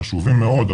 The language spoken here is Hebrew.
והם חשובים מאוד,